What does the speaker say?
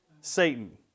Satan